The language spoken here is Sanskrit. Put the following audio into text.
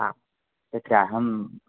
आम् तत्र अहं